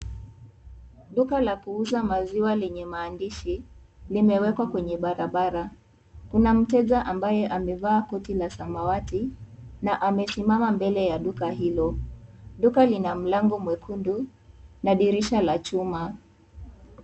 Duka la kuuza maziwa yenye maandishi limewekwa kwenye barabara, kuna mteja ambaye amevaa koti la samawati na amesimama mbele ya duka hilo, duka lina mlango mwekundu na dirisha la chuma.